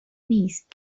نیست